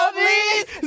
Please